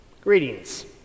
Greetings